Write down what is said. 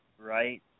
right